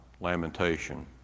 lamentation